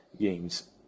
games